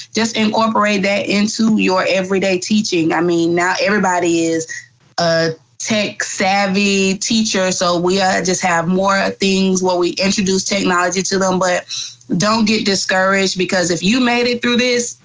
just incorporate that into your every-day teaching. i mean, not everybody is a tech-savvy teacher, so we just have more things where we introduce technology to them but don't get discouraged because if you made it through this,